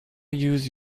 use